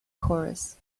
chorus